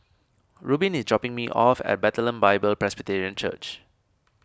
Rubin is dropping me off at Bethlehem Bible Presbyterian Church